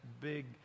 big